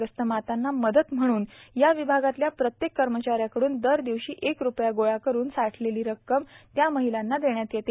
ग्रस्त मातांना मदत म्हणून या विभागातल्या प्रत्येक कर्मचाऱ्याकडून दर दिवशी एक रुपया गोळा करुन साठलेली रक्कम त्या महिलांना देण्यात येते